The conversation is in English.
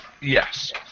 Yes